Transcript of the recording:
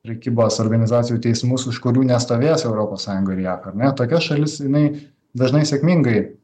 prekybos organizacijų teismus už kurių nestovės europos sąjunga ir jav ar ne tokias šalis jinai dažnai sėkmingai